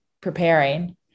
preparing